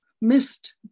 missed